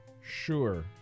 Sure